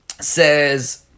says